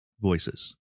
voices